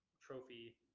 trophy